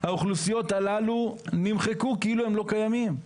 האוכלוסיות הללו נמחקו כאילו הם לא קיימים.